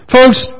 Folks